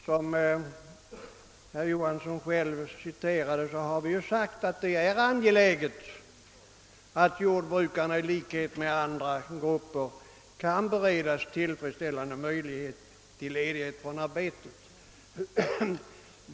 Herr "Johansson i Växjö citerade själv vad vi sagt om att det är angeläget att jordbrukarna i likhet med andra grupper kan beredas tillfredsställande ledighet från arbetet.